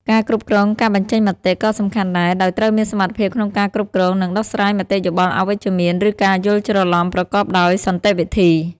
ការគ្រប់គ្រងការបញ្ចេញមតិក៏សំខាន់ដែរ ដោយត្រូវមានសមត្ថភាពក្នុងការគ្រប់គ្រង និងដោះស្រាយមតិយោបល់អវិជ្ជមាន ឬការយល់ច្រឡំប្រកបដោយសន្តិវិធី។